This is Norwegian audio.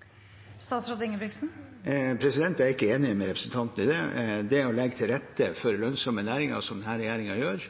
ikke enig med representanten i det. Det å legge til rette for lønnsomme næringer, som denne regjeringen gjør,